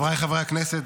חבריי חברי הכנסת,